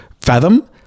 Fathom